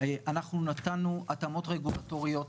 אנחנו נתנו התאמות רגולטוריות.